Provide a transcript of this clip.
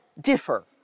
differ